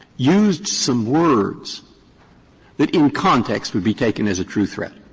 used some words that, in context, would be taken as a true threat,